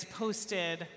posted